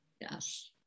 Yes